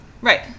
Right